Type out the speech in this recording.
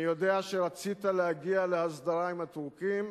אני יודע שרצית להגיע להסדרה עם הטורקים,